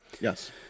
Yes